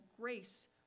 grace